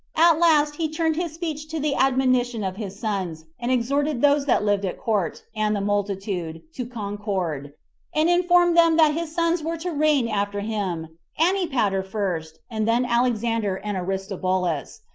at last he turned his speech to the admonition of his sons and exhorted those that lived at court, and the multitude, to concord and informed them that his sons were to reign after him antipater first, and then alexander and aristobulus,